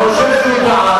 אני חושב שהוא טעה,